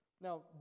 Now